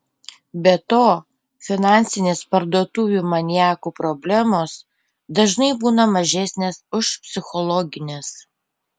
be to finansinės parduotuvių maniakų problemos dažnai būna mažesnės už psichologines